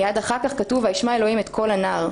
מייד אחר כך כתוב: "וישמע אלוהים את קול הנער".